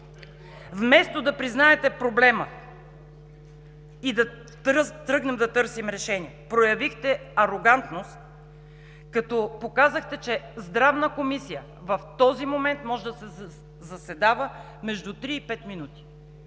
Вместо да признаете проблема и да тръгнем да търсим решение, проявихте арогантност, като показахте, че Здравната комисия в този момент може да заседава между 3 и 5 минути,